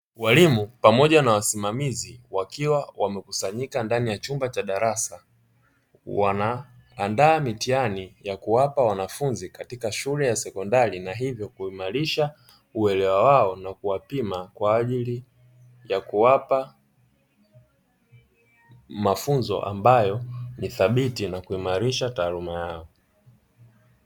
Walimu pamoja na wasimamizi, wakiwa wamekusanyika ndani ya chumba cha darasa, wanaandaa mitihani ya kuwapa wanafunzi katika shule ya sekondari na hivyo kuimarisha uelewa wao na kuwapima, kwa ajili ya kuwapa mafunzo ambayo ni thabiti na kuimarisha taaluma yao.